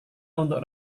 untuk